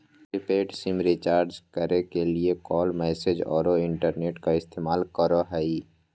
prepaid SIM recharge करे के लिए कॉल, मैसेज औरो इंटरनेट का इस्तेमाल करो हइ